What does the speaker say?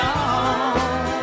on